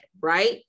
right